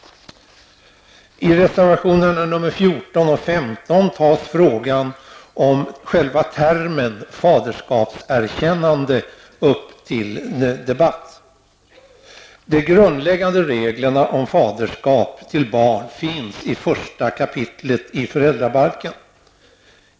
''faderskapserkännande'' upp till debatt. De grundläggande reglerna om faderskap till barn finns i föräldrabalkens första kapitel.